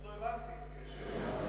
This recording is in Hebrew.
פשוט לא הבנתי את הקשר.